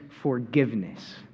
forgiveness